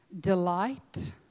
delight